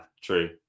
true